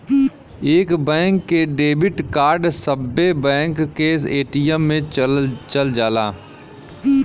एक बैंक के debit card सब्बे बैंक के ए.टी.एम मे चल जाला